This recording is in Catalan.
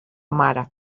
mare